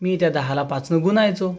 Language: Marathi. मी त्या दहाला पाचनं गुणायचो